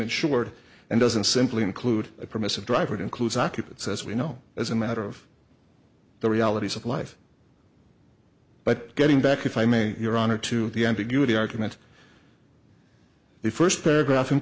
insured and doesn't simply include a permissive driver it includes occupants as we know as a matter of the realities of life but getting back if i may your honor to the ambiguity argument the first paragraph